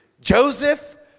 Joseph